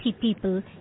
people